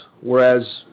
whereas